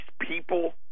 people